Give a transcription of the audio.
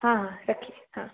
हाँ हाँ रखिए हाँ